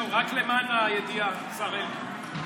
רק למען הידיעה, השר אלקין.